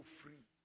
free